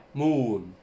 moon